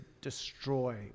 destroy